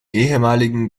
ehemaligen